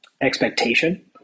expectation